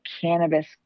cannabis